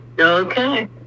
Okay